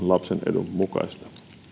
lapsen edun mukaista